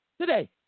today